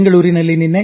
ಬೆಂಗಳೂರಿನಲ್ಲಿ ನಿನ್ನೆ